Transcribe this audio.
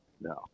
No